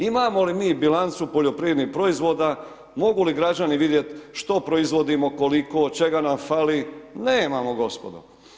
Imamo li mi bilancu poljoprivrednih proizvoda, mogu li građani vidjeti što proizvodimo, koliko, čega nam fali, nemamo gospodo.